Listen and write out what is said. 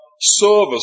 service